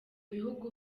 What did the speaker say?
bihugu